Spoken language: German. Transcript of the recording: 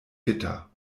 gitter